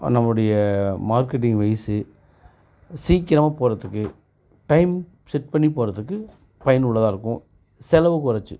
நம்முடைய marketing wise சீக்கிரமாக போகிறதுக்கு டைம் செட் பண்ணி போகிறதுக்கு பயனுள்ளதாக இருக்கும் செலவு குறைச்சி